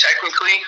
technically